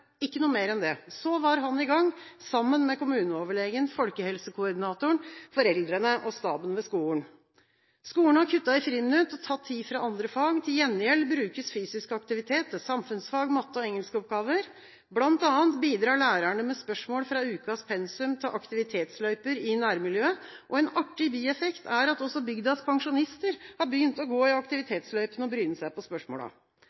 ikke noe mer enn det. Så var han i gang, sammen med kommuneoverlegen, folkehelsekoordinatoren, foreldrene og staben ved skolen. Skolen har kuttet i friminutt og tatt tid fra andre fag. Til gjengjeld brukes fysisk aktivitet til samfunnsfag, matte- og engelskoppgaver. Blant annet bidrar lærerne med spørsmål fra ukas pensum til aktivitetsløyper i nærmiljøet. En artig bieffekt er at også bygdas pensjonister har begynt å gå i